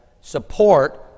support